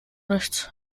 nichts